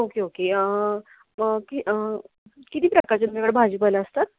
okay okay कि किती प्रकारच्या तुमच्याकडे भाजीपाला असतात